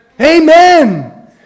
Amen